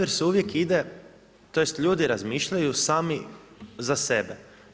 Zato jer se uvijek ide, tj. ljudi razmišljaju sami za sebe.